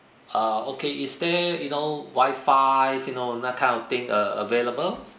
ah okay is there you know wifi you know that kind of thing a~ available